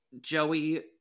Joey